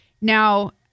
Now